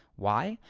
why?